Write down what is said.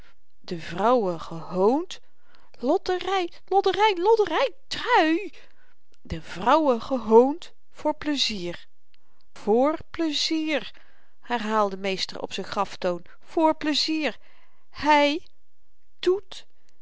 de vrouwen gehoond lodderyn lodderyn lodderyn trui de vrouwen gehoond voor pleizier voor pleizier herhaalde meester op n graftoon voor pleizier hy doet